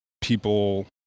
people